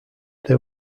they